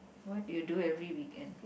what you do every weekend